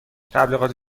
تبلیغات